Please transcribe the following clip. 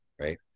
right